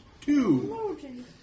two